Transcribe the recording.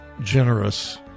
generous